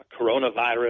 coronavirus